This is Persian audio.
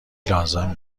لازم